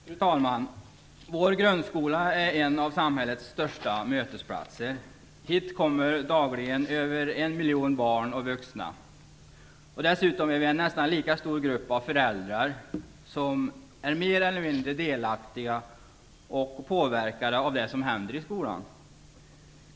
Fru talman! Vår grundskola är en av samhällets största mötesplatser. Dit kommer dagligen över en miljon barn och vuxna. Dessutom är det en nästan lika stor grupp av föräldrar som är mer eller mindre delaktiga och påverkade av det som händer i skolan.